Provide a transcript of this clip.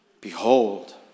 Behold